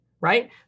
right